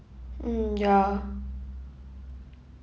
mm ya